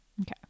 Okay